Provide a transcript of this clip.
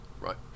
Right